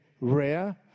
rare